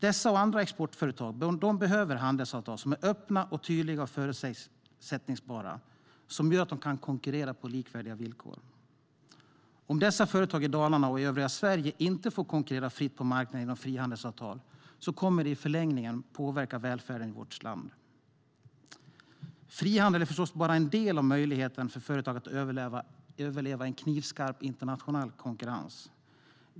Dessa och andra exportföretag behöver handelsavtal som är öppna, tydliga och förutsägbara och som gör att de kan konkurrera på likvärdiga villkor. Om dessa företag i Dalarna och i övriga Sverige inte får konkurrera fritt på marknaden genom frihandelsavtal kommer det i förlängningen att påverka välfärden i vårt land. Frihandel är förstås bara en del av möjligheten för företag att överleva i en knivskarp internationell konkurrens.